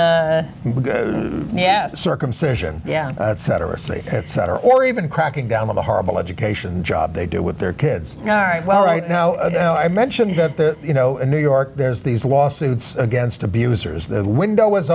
in yes circumcision yeah cetera c etc or even cracking down on the horrible education job they do with their kids you know right well right now i mentioned that you know in new york there's these lawsuits against abusers the window was